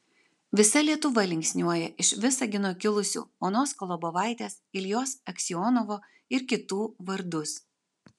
visa lietuva linksniuoja iš visagino kilusių onos kolobovaitės iljos aksionovo ir kitų vardus